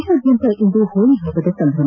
ದೇಶಾದ್ಯಂತ ಇಂದು ಹೋಳಿ ಹಬ್ಬದ ಸಂಭ್ರಮ